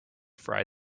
fry